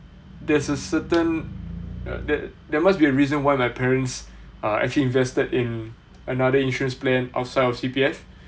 there's a certain that there must be a reason why my parents uh actually invested in another insurance plan outside of C_P_F